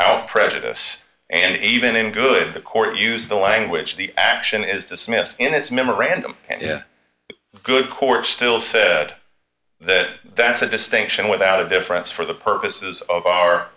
with prejudice and even in good the court used the language the action is dismissed in its memorandum and in good court still said that that's a distinction without a difference for the purposes of our